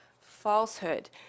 falsehood